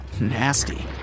Nasty